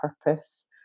purpose